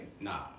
Nah